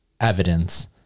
evidence